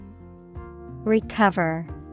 Recover